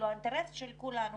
האינטרס של כולנו,